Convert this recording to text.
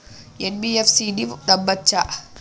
NBFC ని నమ్మచ్చా?